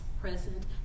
present